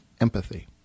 empathy